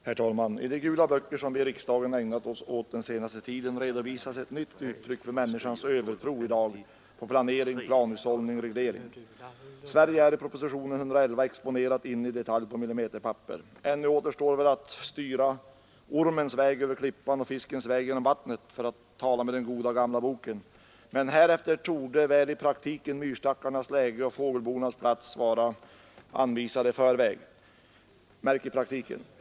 Herr talman! I de gula böcker som vi i riksdagen ägnat oss åt den senaste tiden redovisas ett nytt uttryck för människans övertro i dag på planering, planhushållning och reglering. Sverige är i propositionen exponerat in i detalj på millimeterpapper. Ännu återstår väl att styra ”ormens väg över klippan och fiskens väg genom vattnet” för att tala med den goda gamla Boken. Men härefter torde väl i praktiken myrstackarnas läge och fågelbonas plats vara anvisade i förväg.